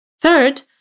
Third